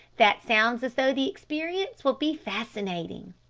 that sounds as though the experience will be fascinating.